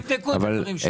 תבדקו את הדברים שוב.